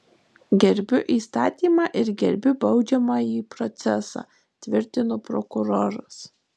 gerbiu įstatymą ir gerbiu baudžiamąjį procesą tvirtino prokuroras